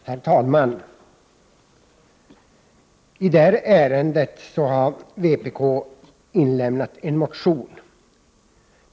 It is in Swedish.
Herr talman! I det här ärendet har vpk inlämnat en motion.